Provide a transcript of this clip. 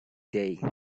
day